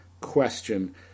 question